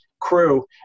crew